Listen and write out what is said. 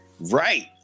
right